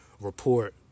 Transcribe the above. report